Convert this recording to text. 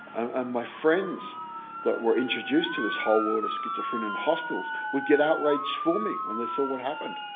and my friends that were introduced to this whole world of schizophrenia in hospitals, would get outraged for me when they saw what happened.